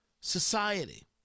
society